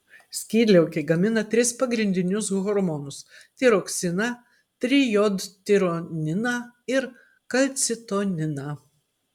skydliaukė gamina tris pagrindinius hormonus tiroksiną trijodtironiną ir kalcitoniną